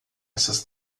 essas